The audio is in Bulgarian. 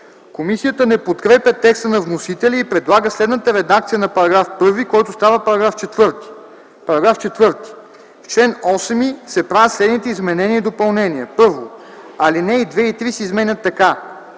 Комисията не подкрепя текста на вносителя и предлага следната редакция на § 1, който става § 4: „§ 4. В чл. 8 се правят следните изменения и допълнения: 1. Алинеи 2 и 3 се изменят така: